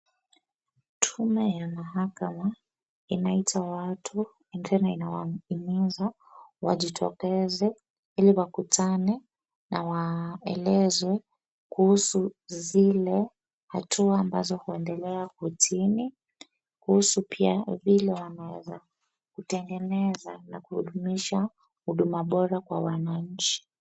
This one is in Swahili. Tume ya mahakama inaita watu tena inahimiza watu wajitokeze ili wakutanae na waelezwe kuhusu zile hatua ambazo huendeleea kortini kuhusu pia vile waneza kutengeneza na kudumisha huduma bora kwa wananchi.